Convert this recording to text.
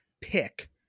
pick